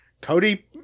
Cody